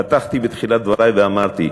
פתחתי בתחילת דברי ואמרתי: